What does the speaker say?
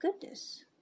goodness